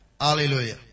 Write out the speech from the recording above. Hallelujah